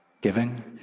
giving